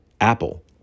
apple